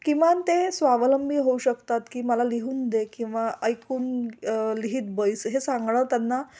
किमान ते स्वावलंबी होऊ शकतात की मला लिहून दे किंवा ऐकून लिहित बैस हे सांगणं त्यांना